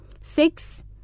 Six